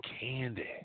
candy